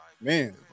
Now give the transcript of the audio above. man